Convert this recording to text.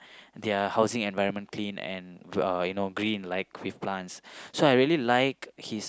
their are housing environment clean and uh you know green like with plants so I really like his